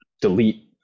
delete